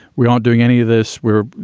we aren't doing any of this. we're you